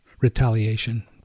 retaliation